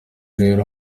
mbere